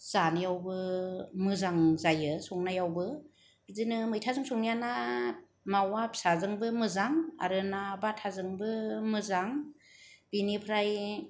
जानायावबो मोजां जायो संनायावबो बिदिनो मैथाजों संनाया ना मावा फिसाजोंबो मोजां आरो ना बाथाजोंबो मोजां बिनिफ्राय